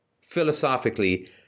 philosophically